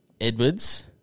Edwards